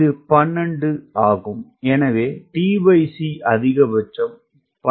இது 12 ஆகும் எனவே tc அதிகபட்சம் 12 ஆகும்